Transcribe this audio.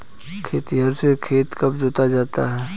खेतिहर से खेत कब जोता जाता है?